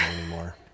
anymore